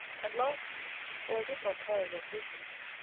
and lastly, for i would not tire your patience,